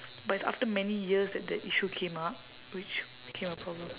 but it's after many years that that issue came up which became a problem